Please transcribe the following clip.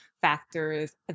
factors